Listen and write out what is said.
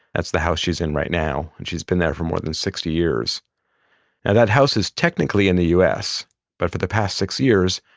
that's the house she's in right now and she has been there for more than sixty years. now and that house is technically in the us but for the past six years,